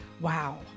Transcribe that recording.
Wow